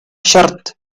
short